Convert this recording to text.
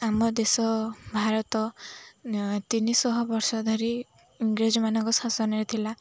ଆମ ଦେଶ ଭାରତ ତିନିଶହ ବର୍ଷ ଧରି ଇଂରେଜମାନଙ୍କ ଶାସନରେ ଥିଲା